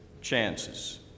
chances